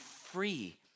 free